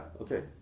okay